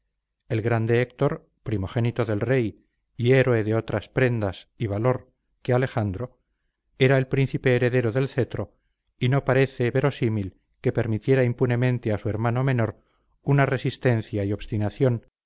el grande héctor primogénito del rey y héroe de otras prendas y valor que alejandro era el príncipe heredero del cetro y no parece y verosímil que permitiera impunemente a su hermano menor una resistencia y obstinación